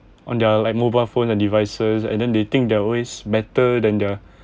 on their like mobile phones and devices and then they think they're always better than the